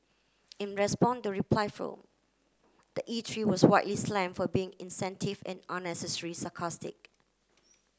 in respond the reply form the eatery was widely slam for being insensitive and unnecessary sarcastic